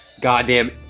goddamn